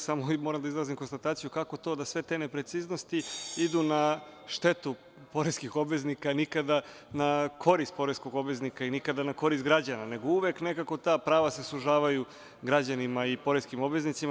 Samo moram da izrazim konstataciju kako to da sve te nepreciznosti idu na štetu poreskih obveznika, nikada na korist poreskog obveznika i nikada na korist građana, nego uvek nekako ta prava se sužavaju građanima i poreskim obveznicima.